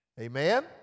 Amen